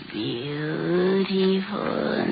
beautiful